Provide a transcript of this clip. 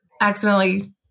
accidentally